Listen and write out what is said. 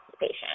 patient